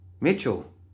Mitchell